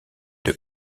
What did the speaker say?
des